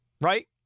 right